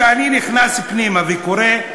כשאני נכנס פנימה וקורא,